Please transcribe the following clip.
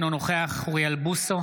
אינו נוכח אוריאל בוסו,